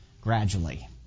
gradually